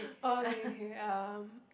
orh okay okay um